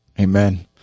Amen